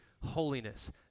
holiness